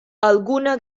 alguna